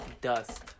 dust